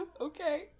Okay